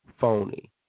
phony